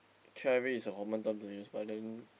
carry is a common term to use but then